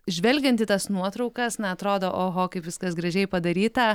žvelgiant į tas nuotraukas na atrodo oho kaip viskas gražiai padaryta